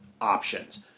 options